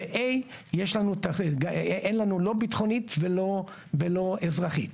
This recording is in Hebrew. ב-A אין לנו לא ביטחונית ולא אזרחית.